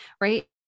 Right